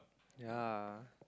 ya